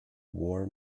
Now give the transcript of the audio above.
war